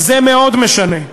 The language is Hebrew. זה מאוד משנה.